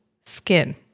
skin